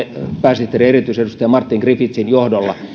pääsihteerin erityisedustaja martin griffithsin johdolla